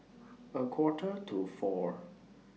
A Quarter to four